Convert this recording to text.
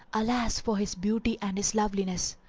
alas for his beauty and his loveliness!